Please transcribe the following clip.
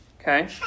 Okay